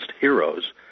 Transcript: heroes